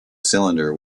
cylinder